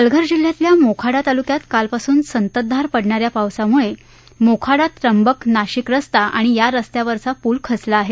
पालघर जिल्ह्यातल्या मोखाडा तालुक्यात कालपासून संततधार पडणाऱ्या पावसामुळे आज सकाळी मोखाडा त्र्यंबक नाशिक रस्ता आणि या रस्त्यावरील पूल खचला आहे